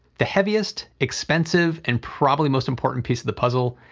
the heaviest, expensive, and probably most important piece of the puzzle,